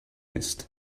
ist